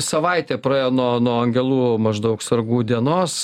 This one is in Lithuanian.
savaitė praėjo nuo nuo angelų maždaug sargų dienos